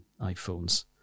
iPhones